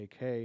AK